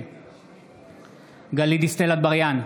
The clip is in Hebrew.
נגד גלית דיסטל אטבריאן,